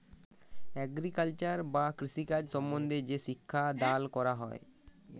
agriculture বা কৃষিকাজ সম্বন্ধে যে শিক্ষা দাল ক্যরা হ্যয়